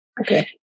Okay